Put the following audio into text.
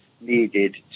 needed